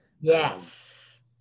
Yes